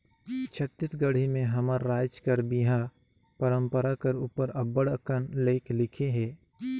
छत्तीसगढ़ी में हमर राएज कर बिहा परंपरा कर उपर अब्बड़ अकन लेख लिखे हे